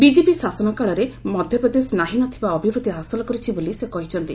BJP ଶାସନକାଳରେ ମଧ୍ୟପ୍ରଦେଶ ନାହିଁ ନ ଥିବା ଅଭିବୃଦ୍ଧି ହାସଲ କରିଛି ବୋଲି ସେ କହିଛନ୍ତି